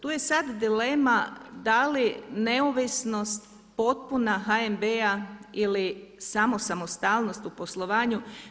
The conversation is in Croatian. Tu je sada dilema da li neovisnost potpuna HNB-a ili samo samostalnost u poslovanju.